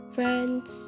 Friends